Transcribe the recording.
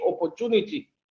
opportunity